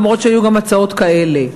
אף-על-פי שהיו גם הצעות כאלה.